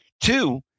Two